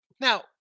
Now